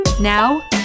Now